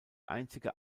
einzige